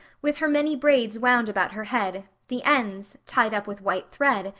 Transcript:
with her many braids wound about her head, the ends, tied up with white thread,